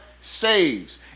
saves